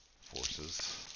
forces